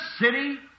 city